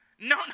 No